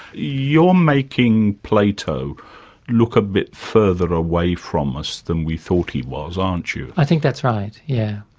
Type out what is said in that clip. you're making plato look a bit further away from us than we thought he was, aren't you? i think that's right, yeah